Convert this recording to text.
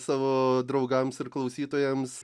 savo draugams ir klausytojams